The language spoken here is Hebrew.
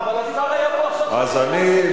אבל השר היה פה עכשיו כשאני נכנסתי.